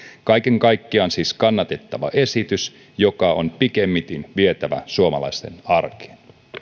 kaiken kaikkiaan siis kannatettava esitys joka on pikimmiten vietävä suomalaisten arkeen